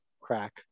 crack